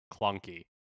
clunky